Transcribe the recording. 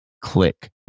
click